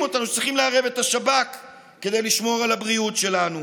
אותנו שצריכים לערב את השב"כ כדי לשמור על הבריאות שלנו.